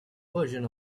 version